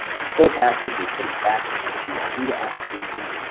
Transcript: full package is sent back to our reta application,